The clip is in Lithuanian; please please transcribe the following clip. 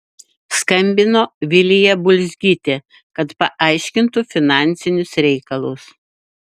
skambino vilija bulzgytė kad paaiškintų finansinius reikalus